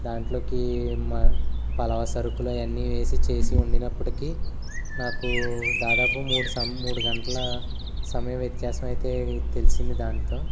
దాంట్లోకి మ పలావ్ సరుకులు అవన్ని వేసి చేసి వండినప్పటికీ నాకు దాదాపు మూడు సం మూడు గంటల సమయం వ్యత్యాసం అయితే తెలిసింది దాంతో